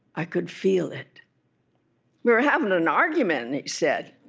i could feel it we were having an argument! he said.